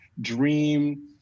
dream